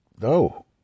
No